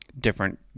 different